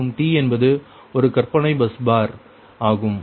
மற்றும் t என்பது ஒரு கற்பனையான பஸ் பார் ஆகும்